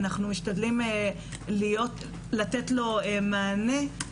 ואנחנו משתדלים לתת לו מענה.